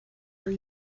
are